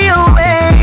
away